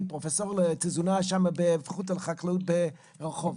אחותי פרופ' לתזונה שם בפקולטה לחקלאות ברחובות.